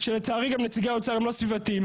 שלצערי נציגי האוצר הם לא סביבתיים,